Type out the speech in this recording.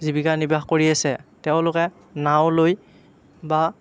জীৱিকা নিৰ্বাহ কৰি আছে তেওঁলোকে নাও লৈ বা